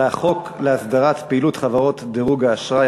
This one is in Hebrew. הצעת חוק להסדרת פעילות חברות דירוג האשראי,